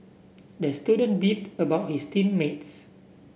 the student beefed about his team mates